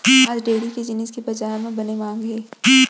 आज डेयरी के जिनिस के बजार म बने मांग हे